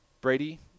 Brady